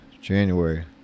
January